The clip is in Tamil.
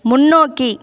முன்னோக்கி